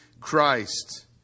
Christ